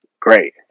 great